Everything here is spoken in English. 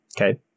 Okay